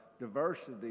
diversity